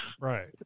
right